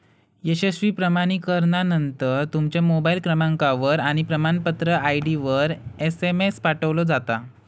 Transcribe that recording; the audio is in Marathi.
यशस्वी प्रमाणीकरणानंतर, तुमच्या मोबाईल क्रमांकावर आणि प्रमाणपत्र आय.डीवर एसएमएस पाठवलो जाता